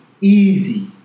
Easy